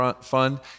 fund